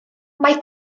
mae